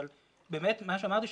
אבל באמת מה שאמרתי,